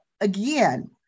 again